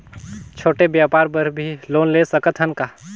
छोटे व्यापार बर भी लोन ले सकत हन का?